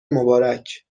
مبارک